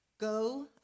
Go